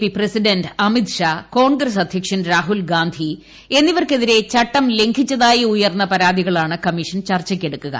P president Amit Shah Congress അധ്യക്ഷൻ രാഹുൽഗാന്ധി എന്നിവർക്കെതിരെ ലംഘിച്ചതായി ഉയർന്ന പരാതികളാണ് കമ്മീഷൻ ചട്ടം ചർച്ചയ്ക്കെടുക്കുക